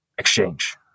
Exchange